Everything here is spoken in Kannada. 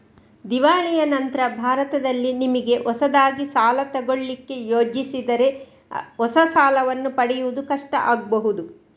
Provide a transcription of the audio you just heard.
ದಿವಾಳಿಯ ನಂತ್ರ ಭಾರತದಲ್ಲಿ ನಿಮಿಗೆ ಹೊಸದಾಗಿ ಸಾಲ ತಗೊಳ್ಳಿಕ್ಕೆ ಯೋಜಿಸಿದರೆ ಹೊಸ ಸಾಲವನ್ನ ಪಡೆಯುವುದು ಕಷ್ಟ ಆಗ್ಬಹುದು